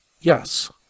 Yes